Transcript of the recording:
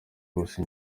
gusa